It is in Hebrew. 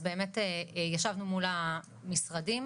ישבנו מול המשרדים,